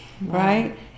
right